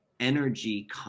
Energy